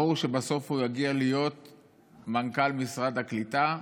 ברור שבסוף הוא יגיע להיות מנכ"ל משרד הקליטה,